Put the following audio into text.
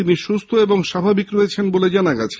তিনি সুস্থ এবং স্বাভাবিক রয়েছেন বলে জানা গেছে